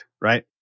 right